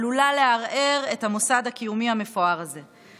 עלולים לערער את המוסד הקיומי המפואר הזה,